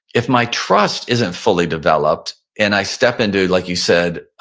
if my trust isn't fully developed and i step into, like you said,